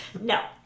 No